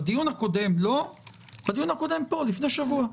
בדיון הקודם, פה לפני שבוע.